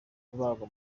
kubagwa